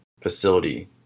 facility